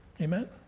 Amen